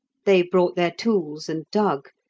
they brought their tools and dug,